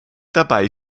dabei